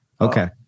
Okay